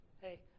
Hey